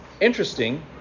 interesting